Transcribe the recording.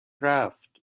رفت